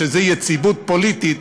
שזאת יציבות פוליטית,